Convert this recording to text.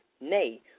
Nay